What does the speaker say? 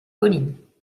collines